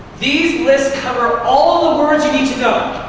these lists cover all the words you need to know.